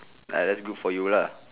uh that's good for you lah